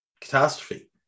catastrophe